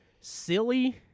silly